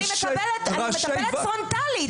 אני מטפלת פרונטלית,